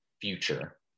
future